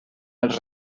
els